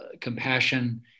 compassion